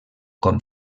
com